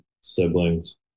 siblings